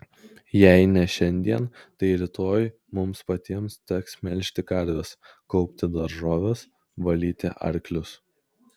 jei ne šiandien tai rytoj mums patiems teks melžti karves kaupti daržoves valyti arklius